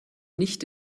nicht